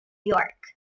york